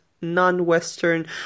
non-Western